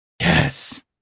Yes